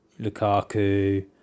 Lukaku